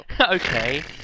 Okay